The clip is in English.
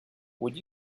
would